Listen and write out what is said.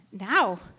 Now